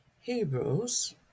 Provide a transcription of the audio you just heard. hebrews